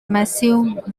massive